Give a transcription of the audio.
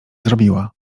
zrobiła